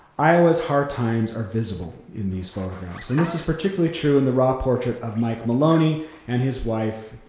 iowa's hard times are visible in these photographs, and this is particularly true in the raw portrait of mile maloney and his wife,